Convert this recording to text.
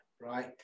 right